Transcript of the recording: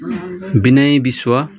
विनय विश्व